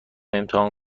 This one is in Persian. امتحان